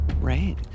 Right